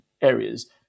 areas